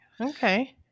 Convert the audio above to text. Okay